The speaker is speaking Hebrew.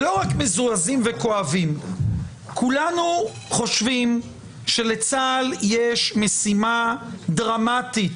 לא רק מזועזעים אלא גם חושבים שלצה"ל יש משימה דרמטית